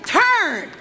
turn